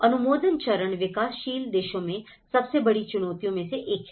अनुमोदन चरण विकासशील देशों में सबसे बड़ी चुनौतियों में से एक है